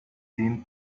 seem